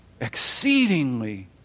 exceedingly